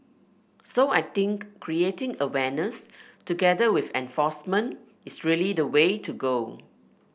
so I think creating awareness together with enforcement is really the way to go